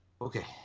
Okay